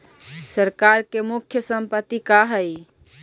सरकार के मुख्य संपत्ति का हइ?